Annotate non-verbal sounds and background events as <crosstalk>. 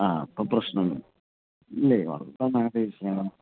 ആ അപ്പം പ്രശ്നം ഇല്ല അപ്പം അങ്ങനെ <unintelligible>